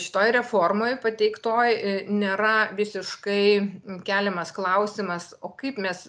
šitoj reformoj pateiktoj nėra visiškai keliamas klausimas o kaip mes